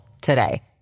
today